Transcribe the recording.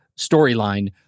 storyline